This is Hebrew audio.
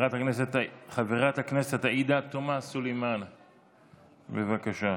חברת הכנסת עאידה תומא סלימאן, בבקשה.